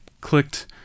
clicked